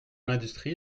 l’industrie